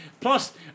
plus